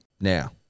Now